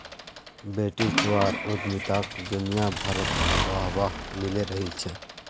बेटीछुआर उद्यमिताक दुनियाभरत वाह वाह मिले रहिल छे